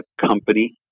company